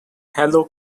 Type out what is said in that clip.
hello